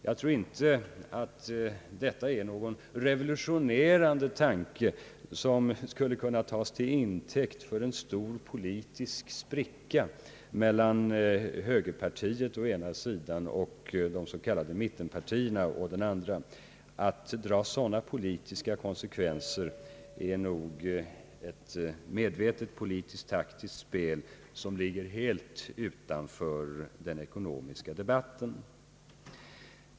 Jag tror inte att detta är någon revolutionerande tanke som skulle kunna tas till intäkt för yvigt tal om en stor politisk spricka mellan högerpartiet å ena sidan och de s.k. mittenpartierna å andra sidan. Att dra sådana politiska konsekvenser är nog ett medvetet politiskt-taktiskt spel som ligger helt utanför den ekonomiska debatten.